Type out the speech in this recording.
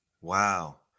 wow